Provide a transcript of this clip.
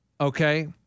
okay